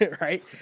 right